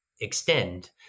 extend